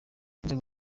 inzego